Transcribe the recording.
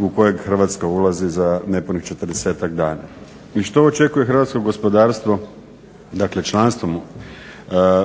u kojeg Hrvatska ulazi za nepunih 40-ak dana. I što očekuje hrvatsko gospodarstvo članstvom